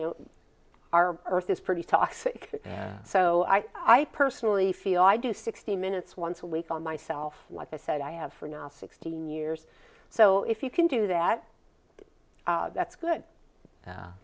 know our earth is pretty toxic so i personally feel i do sixty minutes once a week on myself like i said i have for now sixteen years so if you can do that that's good